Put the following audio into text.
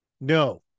No